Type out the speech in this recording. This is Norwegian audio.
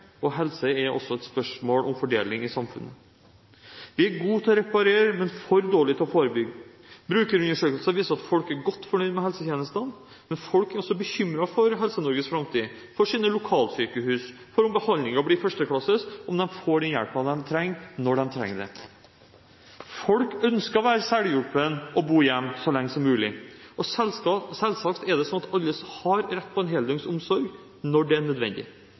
og helse er også et spørsmål om fordeling i samfunnet. Vi er gode til å reparere, men for dårlige til å forebygge. Brukerundersøkelser viser at folk er godt fornøyd med helsetjenestene, men folk er også bekymret for Helse-Norges framtid, for sine lokalsykehus, om behandlingen blir førsteklasses, og om de får den hjelpen de trenger, når de trenger den. Folk ønsker å være selvhjulpne og bo hjemme så lenge som mulig. Det er selvsagt sånn at alle har rett på heldøgns omsorg når det er nødvendig.